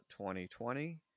2020